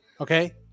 Okay